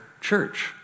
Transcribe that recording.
church